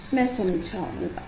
मै समझाऊंगा